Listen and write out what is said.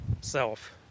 self